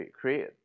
Create